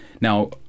Now